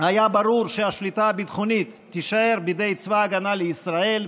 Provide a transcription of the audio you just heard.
היה ברור שהשליטה הביטחונית תישאר בידי צבא הגנה לישראל,